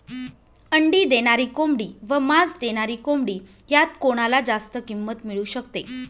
अंडी देणारी कोंबडी व मांस देणारी कोंबडी यात कोणाला जास्त किंमत मिळू शकते?